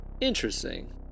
Interesting